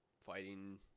fighting